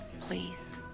Please